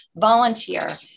volunteer